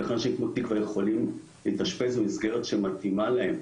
איך אנשים כמו תקווה יכולים להתאשפז במסגרת שמתאימה להם?